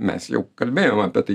mes jau kalbėjom apie tai